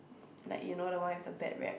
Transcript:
like you know the one with the bad rep